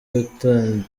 kwitonderwa